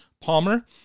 Palmer